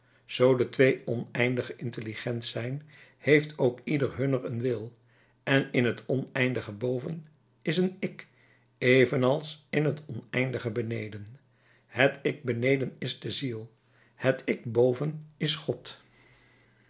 zoo de twee oneindigen intelligent zijn heeft ook ieder hunner een wil en in het oneindige boven is een ik evenals in t oneindige beneden het ik beneden is de ziel het ik boven is god